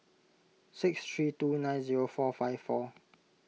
six three two nine zero four five four